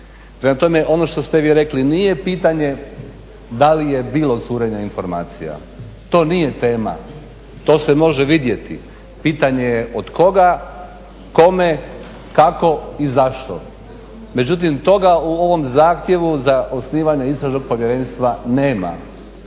Prema tome ono što ste vi rekli nije pitanje da li je bilo curenja informacija, to nije tema, to se može vidjeti, pitanje je od koga, kome, kako i zašto, međutim toga u ovom zahtjevu za osnivanje istražnog povjerenstva nema,